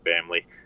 family